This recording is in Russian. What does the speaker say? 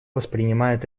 воспринимает